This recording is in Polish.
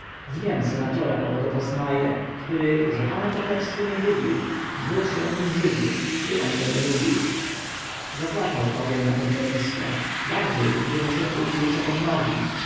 niem senatora owego poznaje który że pana pochlebstwy nie gubił dwór się nim brzydził i on go nie lubił zapłakał popiel na to widowisko bardziej gdy mu się ów rzuca pod nogi